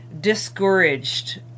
discouraged